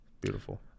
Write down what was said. Beautiful